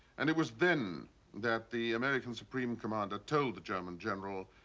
and it was then that the american supreme commander told the german general,